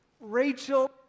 Rachel